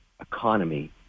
economy